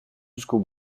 jusqu’au